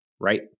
right